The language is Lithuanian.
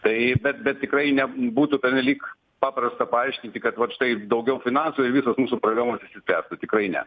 tai bet bet tikrai ne būtų pernelyg paprasta paaiškinti kad vat štai daugiau finansų ir visos mūsų problemos išsispręstų tikrai ne